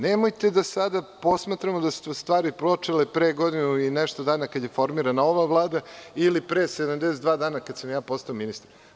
Nemojte da sada posmatramo da su u stvari počele pre godinu i nešto dana, kada je formirana ova Vlada, ili pre 72 dana, kada sam ja postao ministar.